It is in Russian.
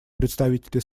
представителя